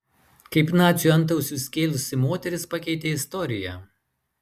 kaip naciui antausį skėlusi moteris pakeitė istoriją